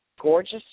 gorgeous